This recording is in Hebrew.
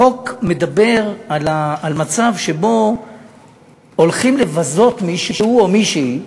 החוק מדבר על מצב שבו הולכים לבזות מישהו או מישהי,